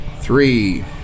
Three